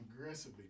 Aggressively